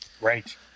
Right